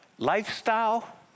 Lifestyle